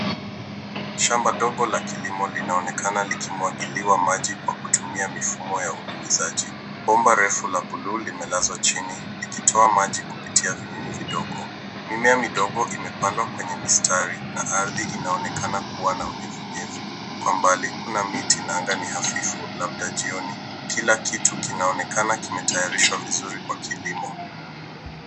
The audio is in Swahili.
Shamba dogo la kilimo linaonekana likimwagiliwa maji kutumia mifumo ya unyunyuzaji. Bomba refu la buluu limelazwa chini likitoa maji kupitia vinyunyu vidogo. Mimea midogo imepandwa kwenye mistari na ardhi inaonekana kuwa na unyevunyevu. Kwa mbali, kuna miti na anga ni hafifu labda jioni, kila kitu kinaonekana kimetayarishwa vizuri kwa kilimo.